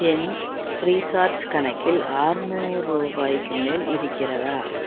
என் Freecharge கணக்கில் அறுநூறு ரூபாய்க்கு மேல் இருக்கிறதா